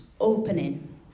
opening